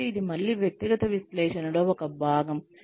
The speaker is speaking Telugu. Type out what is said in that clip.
కాబట్టి ఇది మళ్ళీ వ్యక్తిగత విశ్లేషణలో ఒక భాగం